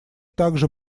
также